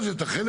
אז את החלק